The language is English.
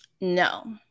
No